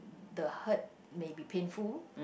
the hurt may be painful